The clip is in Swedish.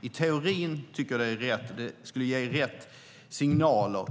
I teorin är det rätt. Det skulle ge rätt signaler.